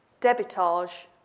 debitage